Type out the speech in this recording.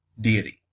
deity